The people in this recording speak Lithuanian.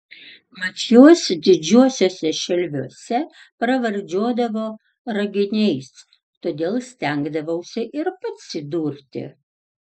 mat juos didžiuosiuose šelviuose pravardžiuodavo raginiais todėl stengdavausi ir pats įdurti